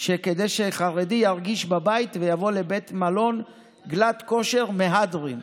כדי שחרדי ירגיש בבית ויבוא לבית מלון גלאט-כשר מהדרין.